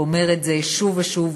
והוא אומר את זה שוב ושוב,